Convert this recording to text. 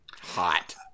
Hot